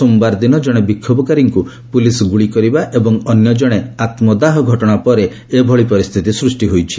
ସୋମବାର ଦିନ ଜଣେ ବିକ୍ଷୋଭକାରୀକୁ ପୁଲିସ୍ ଗୁଳି କରିବା ଏବଂ ଅନ୍ୟ ଜଣେ ଆତ୍ମଦାହ ଘଟଣା ପରେ ଏଭଳି ପରିସ୍ଥିତି ସୃଷ୍ଟି ହୋଇଛି